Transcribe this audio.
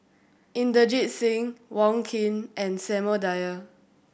Inderjit Singh Wong Keen and Samuel Dyer